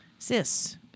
Sis